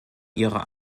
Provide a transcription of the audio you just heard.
ihrer